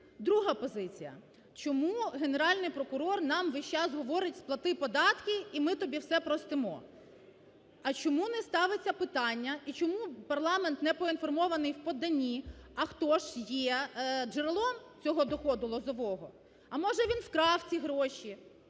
Друга позиція. Чому Генеральний прокурор нам весь час говорить: сплати податки і ми тобі все простимо. А чому не ставиться питання і чому парламент не поінформований в поданні, а хто ж є джерелом цього доходу Лозового? А може він вкрав ці гроші?